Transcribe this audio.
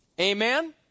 Amen